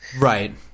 Right